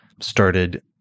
started